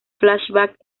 flashback